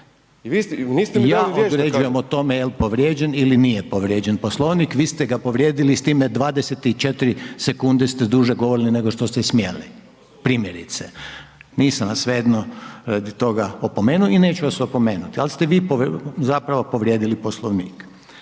Ja određujem o tome jel povrijeđen ili nije povrijeđen Poslovnik, vi ste ga povrijedili s time 24 sekunde ste duže govorili nego što ste smjeli, primjerice, nisam vas svejedno radi toga opomenuo i neću vas opomenuti, ali ste vi zapravo povrijedili Poslovnik.